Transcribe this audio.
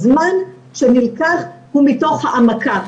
הזמן שנלקח הוא מתוך העמקה,